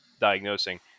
diagnosing